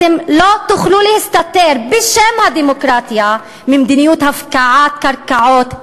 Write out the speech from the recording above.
אתם לא תוכלו להסתתר בשם הדמוקרטיה ממדיניות הפקעת קרקעות,